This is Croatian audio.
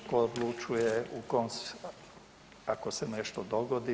Tko odlučuje ako se nešto dogodi?